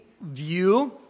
view